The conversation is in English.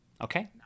okay